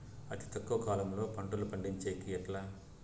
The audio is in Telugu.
అతి తక్కువ కాలంలో పంటలు పండించేకి ఎట్లా?